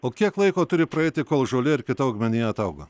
o kiek laiko turi praeiti kol žolė ir kita augmenija atauga